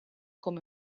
come